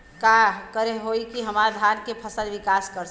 का करे होई की हमार धान के फसल विकास कर सके?